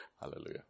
Hallelujah